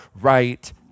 right